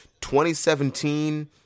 2017